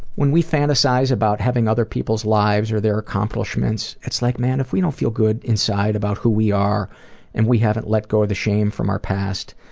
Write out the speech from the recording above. when we fantasize about having other people's lives or their accomplishments it's like, man, if we don't feel good inside about who we are and we haven't let go of the shame from our past,